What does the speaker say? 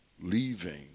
leaving